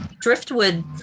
driftwood